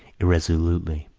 irresolutely,